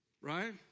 right